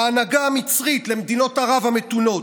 להנהגה המצרית, למדינות ערב המתונות: